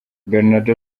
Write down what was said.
bernardo